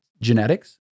genetics